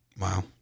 Wow